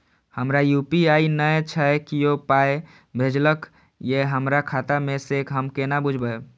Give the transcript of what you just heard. हमरा यू.पी.आई नय छै कियो पाय भेजलक यै हमरा खाता मे से हम केना बुझबै?